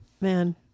man